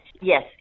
Yes